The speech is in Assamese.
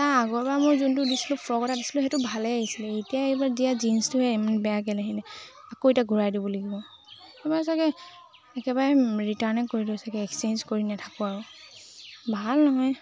তাৰ আগৰবাৰ মই যোনটো দিছিলোঁ ফ্ৰক এটা দিছিলোঁ সেইটো ভালেই আহিছিলে এতিয়া এইবাৰ দিয়া জিন্চটোহে ইমান বেয়াকে আহিলে আকৌ এতিয়া ঘূৰাই দিব লাগিব এইবাৰ চাগে একেবাৰে ৰিটাৰ্নেই কৰি দিও চাগে এক্সেঞ্জ কৰি নেথাকোঁ আৰু ভাল নহয়